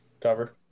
cover